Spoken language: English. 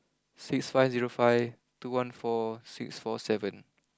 six five zero five two one four six four seven